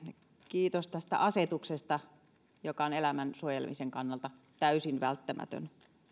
kiitos tästä asetuksesta joka on elämän suojelemisen kannalta täysin välttämätön